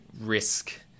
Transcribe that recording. risk